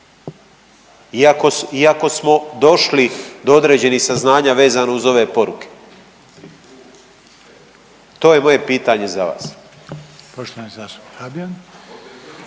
iako smo došli do određenih saznanja vezano uz ove poruke. To je moje pitanje za vas.